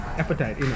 appetite